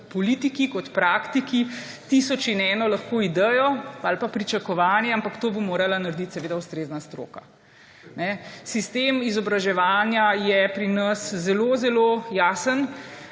kot politiki, kot praktiki tisoč in eno idejo ali pa pričakovanja, ampak to bo morala narediti seveda ustrezna stroka. Sistem izobraževanja je pri nas zelo zelo jasen,